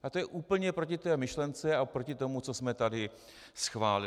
To je úplně proti té myšlence a proti tomu, co jsme tady schválili.